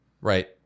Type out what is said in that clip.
Right